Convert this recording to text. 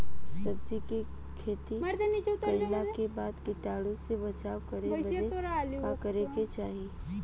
सब्जी के खेती कइला के बाद कीटाणु से बचाव करे बदे का करे के चाही?